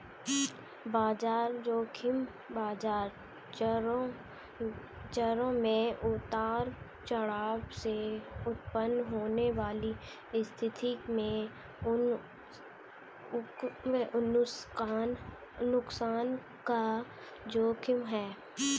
बाजार ज़ोखिम बाजार चरों में उतार चढ़ाव से उत्पन्न होने वाली स्थिति में नुकसान का जोखिम है